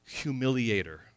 humiliator